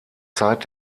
zeit